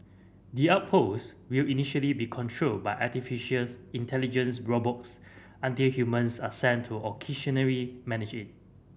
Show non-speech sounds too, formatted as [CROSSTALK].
the outpost will initially be controlled by artificial [UNINTELLIGIBLE] intelligence robots until humans are sent to occasionally manage it